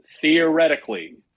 theoretically